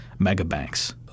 megabanks